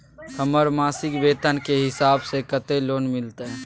हमर मासिक वेतन के हिसाब स कत्ते लोन मिलते?